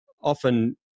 often